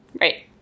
Right